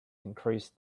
increased